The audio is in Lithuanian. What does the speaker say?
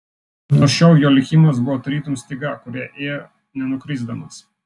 nuo šiol jo likimas buvo tarytum styga kuria ėjo nenukrisdamas